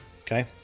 Okay